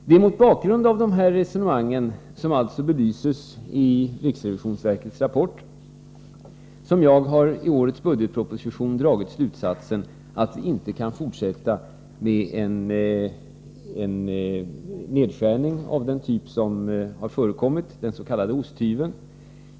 Det är mot bakgrund av dessa sammanhang, som alltså belyses i riksrevisionsverkets rapport, som jag i årets budgetproposition har dragit slutsatsen att vi inte kan fortsätta med en nedskärning av den typ som har förekommit, den s.k. osthyveln.